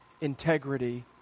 integrity